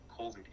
COVID